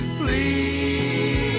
please